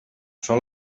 són